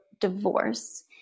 divorce